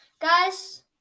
guys